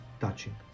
touching